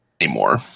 anymore